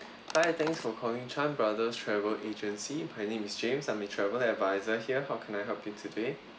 hi thanks for calling Chan brothers travel agency my name is james I'm a travel adviser here how can I help you today